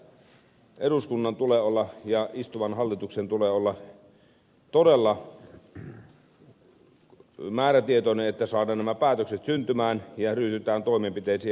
tässä eduskunnan ja istuvan hallituksen tulee olla todella määrätietoinen että saadaan nämä päätökset syntymään ja ryhdytään toimenpiteisiin